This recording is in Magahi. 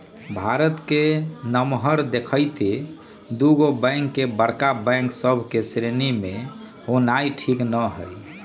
भारत के नमहर देखइते दुगो बैंक के बड़का बैंक सभ के श्रेणी में होनाइ ठीक न हइ